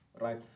right